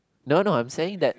no no I'm saying that